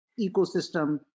ecosystem